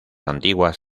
antiguas